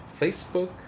facebook